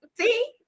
See